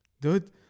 Dude